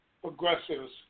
progressives